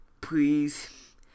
please